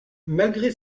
malgré